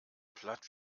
platt